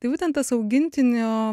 tai būtent tas augintinio